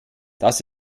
das